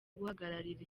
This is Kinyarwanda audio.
guhagararira